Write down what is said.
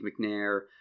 McNair